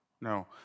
No